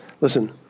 Listen